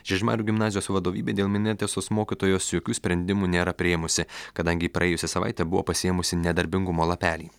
žiežmarių gimnazijos vadovybė dėl minėtėsos mokytojos jokių sprendimų nėra priėmusi kadangi ji praėjusią savaitę buvo pasiėmusi nedarbingumo lapelį